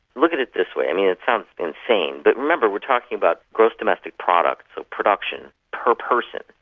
look at it this way. i mean it sounds insane, but remember we're talking about gross domestic product, production per person,